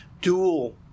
dual-